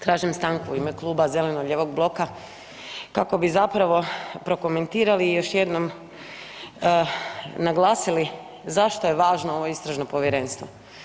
Tražim stanku u ime Kluba zeleno-lijevog bloka kako bi zapravo prokomentirali još jednom naglasili zašto je važno ovo istražno povjerenstvo.